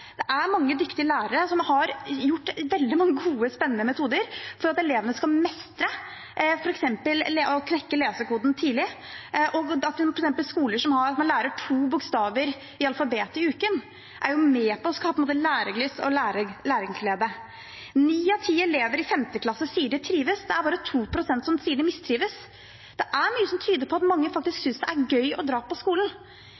Det er mange dyktige lærere som bruker veldig mange gode, spennende metoder for at elevene f.eks. skal knekke lesekoden tidlig. Skoler der man f.eks. lærer to bokstaver i alfabetet i uken, er med på å skape både læringslyst og læringsglede. Ni av ti elever i 5. klasse sier de trives, det er bare 2 pst. som sier de mistrives. Det er mye som tyder på at mange faktisk